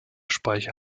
speicher